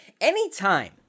Anytime